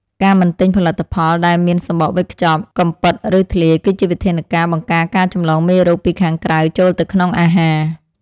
ការមិនទិញផលិតផលដែលមានសំបកវេចខ្ចប់កំពិតឬធ្លាយ គឺជាវិធានការបង្ការការចម្លងមេរោគពីខាងក្រៅចូលទៅក្នុងអាហារ។